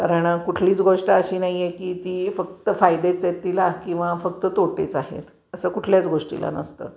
कारण कुठलीच गोष्ट अशी नाही आहे की ती फक्त फायदेच आहेत तिला किंवा फक्त तोटेच आहेत असं कुठल्याच गोष्टीला नसतं